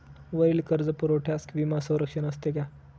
वरील कर्जपुरवठ्यास विमा संरक्षण असते का?